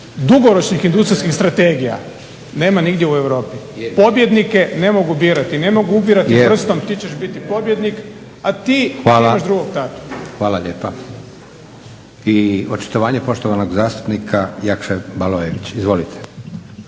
dugoročnih industrijskih strategija nema nigdje u Europi. Pobjednike ne mogu birati i ne mogu upirati prstom ti ćeš biti pobjednik, a ti ti imaš drugog tatu. **Leko, Josip (SDP)** Hvala, hvala lijepa. I očitovanje poštovanog zastupnika Jakše Balojevića. Izvolite.